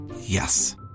Yes